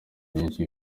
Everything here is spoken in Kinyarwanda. byinshi